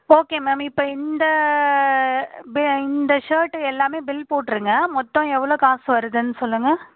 okay ma'am இப்போ இந்த இந்த ஷர்ட் எல்லாமே பில் போட்டிருங்க மொத்தம் எவ்வளோ காசு வருதுன்னு சொல்லுங்கள்